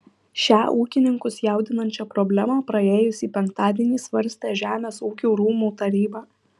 šią ūkininkus jaudinančią problemą praėjusį penktadienį svarstė žemės ūkio rūmų taryba